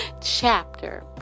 chapter